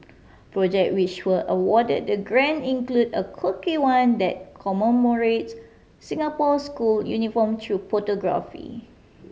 project which were awarded the grant include a quirky one that commemorates Singapore's school uniform through photography